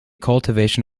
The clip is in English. cultivation